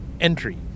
Entry